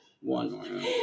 one